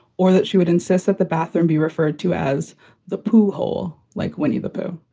or that she would insist that the bathroom be referred to as the poo hole like winnie the pooh.